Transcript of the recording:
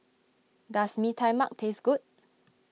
does Mee Tai Mak taste good